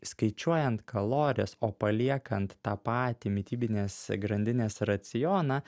skaičiuojant kalorijas o paliekant tą patį mitybinės grandinės racioną